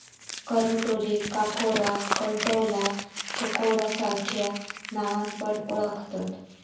करटोलीक काकोरा, कंटॉला, ककोडा सार्ख्या नावान पण ओळाखतत